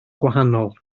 gwahanol